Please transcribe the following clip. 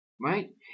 Right